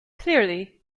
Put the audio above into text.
clearly